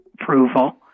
approval